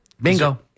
Bingo